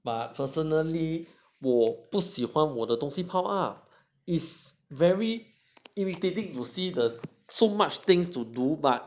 but personally 我不喜欢我的东西 pile up is very irritating you will see the so much things to do but